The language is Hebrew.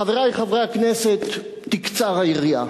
חברי חברי הכנסת, תקצר היריעה,